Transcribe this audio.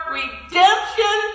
redemption